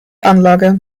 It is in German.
anlage